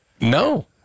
No